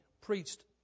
preached